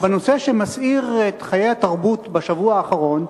בנושא שמסעיר את חיי התרבות בשבוע האחרון,